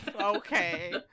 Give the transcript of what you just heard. Okay